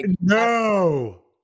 No